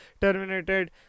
terminated